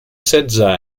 setze